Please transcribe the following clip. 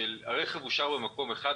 שהרכב הושאר במקום אחד,